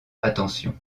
attention